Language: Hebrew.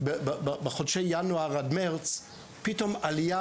בחודשי ינואר עד מרץ פתאום הייתה עלייה